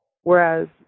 Whereas